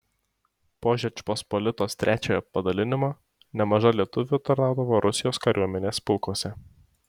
po žečpospolitos trečiojo padalinimo nemaža lietuvių tarnaudavo rusijos kariuomenės pulkuose